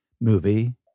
movie